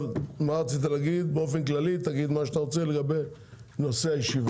מה רצית להגיד באופן כללי לגבי נושא הישיבה?